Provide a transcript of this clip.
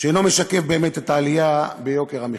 שאינו משקף באמת את העלייה ביוקר המחיה.